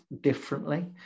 differently